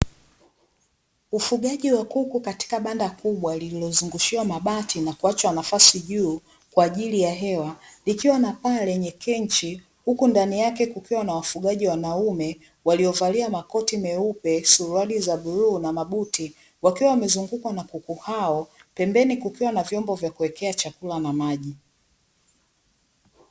Ufugaji wa kuku katika banda kubwa lililozungushiwa mabati na kuachwa nafasi juu kwa ajili ya hewa, likiwa na paa lenye kenchi; huku ndani yake kukiwa na wafugaji wanaume waliovalia makoti meupe, suruali za bluu na mabuti, wakiwa wamezungukwa na kuku hao. Pembeni kukiwa na vyombo vya kuwekea chakula na maji.